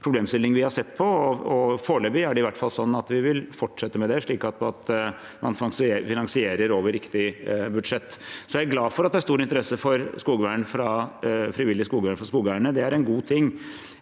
problemstilling vi har sett på, og foreløpig er det i hvert fall sånn at vi vil fortsette med det, slik at man finansierer over riktig budsjett. Jeg glad for at det er stor interesse for frivillig skogvern blant skogeierne. Det er en god ting.